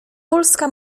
polska